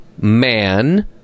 Man